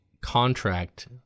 contract